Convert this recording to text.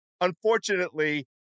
unfortunately